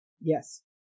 Yes